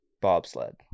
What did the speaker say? Bobsled